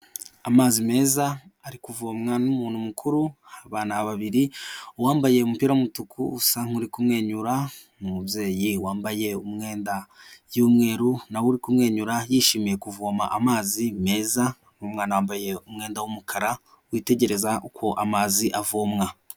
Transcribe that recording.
Amazi meza ari kuvomwa n'umuntu mukuru, abana babiri uwambaye umupira w'umutuku usa nk'uri kumwenyura, umubyeyi wambaye umwenda w'umweru na we uri kumwenyura yishimiye kuvoma amazi meza, umwana wambaye umwenda w'umukara witegereza uko amazi avomwa.